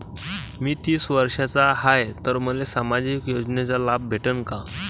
मी तीस वर्षाचा हाय तर मले सामाजिक योजनेचा लाभ भेटन का?